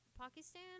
Pakistan